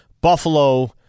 Buffalo